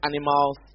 animals